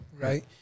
Right